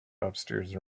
upstairs